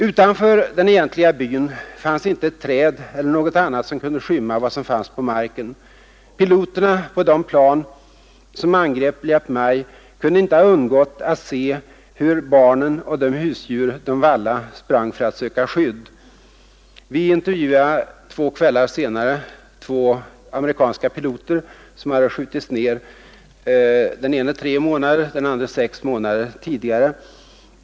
Utanför den egentliga byn fanns inte ett träd eller något annat som kunde skymma vad som fanns på marken. Piloterna på de plan som angrep Liep Mai kunde inte ha undgått att se hur barnen och de husdjur de vallade sprang för att söka skydd. Vi intervjuade två kvällar senare två amerikanska piloter som hade skjutits ned, den ene tre månader, den andre sex månader tidigare.